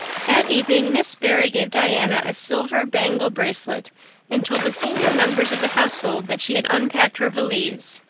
that evening miss barry gave diana a silver bangle bracelet and told the senior members of the household that she had unpacked her valise.